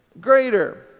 greater